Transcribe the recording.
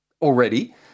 already